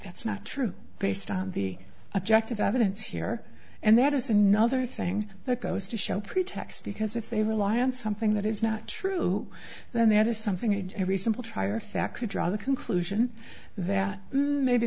that's not true based on the objective evidence here and that is another thing that goes to show pretext because if they rely on something that is not true then that is something that every simple trier of fact could draw the conclusion that maybe